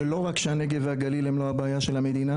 שלא רק שהנגב והגליל הם לא הבעיה של המדינה,